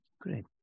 great